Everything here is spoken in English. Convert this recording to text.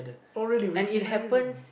oh really with